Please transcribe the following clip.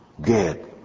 Dead